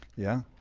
yeah,